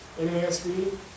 NASB